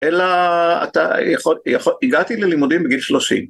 אלא הגעתי ללימודים בגיל שלושים.